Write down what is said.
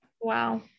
wow